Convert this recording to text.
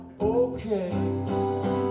Okay